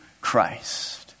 Christ